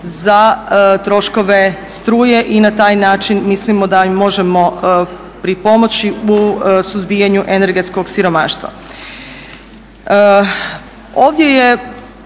za troškove struje i na taj način mislimo da im možemo pripomoći u suzbijanju energetskog siromaštva.